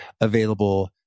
available